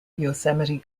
yosemite